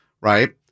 right